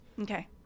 Okay